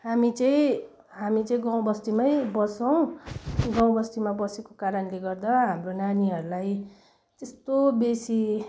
हामी चाहिँ हामी चाहिँ गाउँबस्तीमै बस्छौँ गाउँबस्तीमा बसेको कारणले गर्दा हाम्रो नानीहरूलाई त्यस्तो बेसी